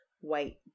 white